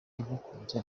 mukunze